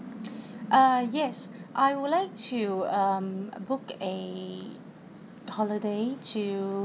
uh yes I would like to um book a holiday to